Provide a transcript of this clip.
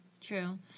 true